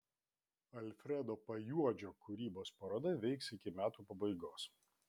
alfredo pajuodžio kūrybos paroda veiks iki metų pabaigos